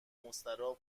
مستراح